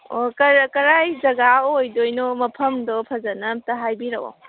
ꯑꯣ ꯀꯗꯥꯏ ꯖꯒꯥ ꯑꯣꯏꯗꯣꯏꯅꯣ ꯃꯐꯝꯗꯣ ꯐꯖꯅ ꯑꯝꯇ ꯍꯥꯏꯕꯤꯔꯛꯑꯣ